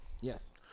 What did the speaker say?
yes